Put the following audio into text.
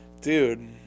Dude